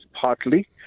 partly